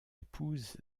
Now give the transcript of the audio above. épouse